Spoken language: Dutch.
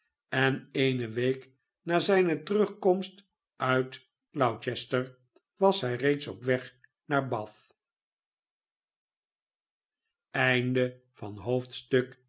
en eene week na zijne terugkomst uit gloucester was hij reeds op weg naar bath